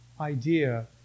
idea